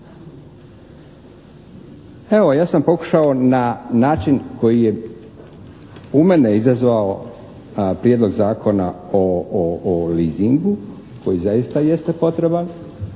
Evo ja sam pokušao na način koji je u mene izazvao Prijedlog zakona o leasingu koji zaista jeste potreban,